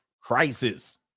crisis